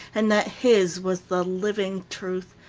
and that his was the living truth,